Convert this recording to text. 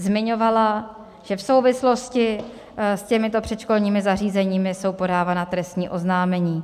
Zmiňovala, že v souvislosti s těmito předškolními zařízeními jsou podávána trestní oznámení.